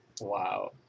Wow